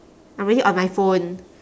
I'm already on my phone